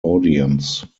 audience